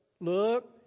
Look